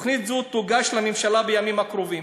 תוכנית זו תוגש לממשלה בימים הקרובים.